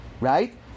Right